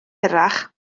hirach